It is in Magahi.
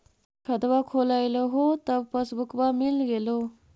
खतवा खोलैलहो तव पसबुकवा मिल गेलो?